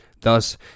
Thus